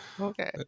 okay